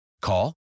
Call